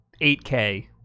8K